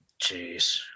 Jeez